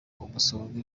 umusonga